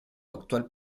actual